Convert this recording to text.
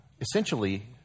essentially